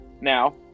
now